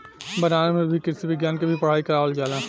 बनारस में भी कृषि विज्ञान के भी पढ़ाई करावल जाला